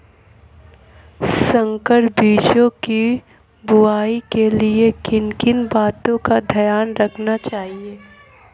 संकर बीजों की बुआई के लिए किन किन बातों का ध्यान रखना चाहिए?